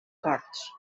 corts